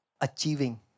achieving